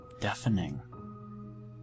deafening